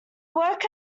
work